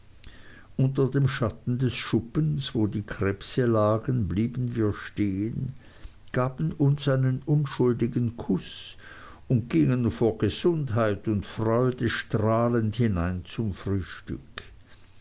unter dem schatten des schuppens wo die krebse lagen blieben wir stehen gaben uns einen unschuldigen kuß und gingen vor gesundheit und freude strahlend hinein zum frühstück